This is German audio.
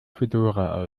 fedora